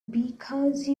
because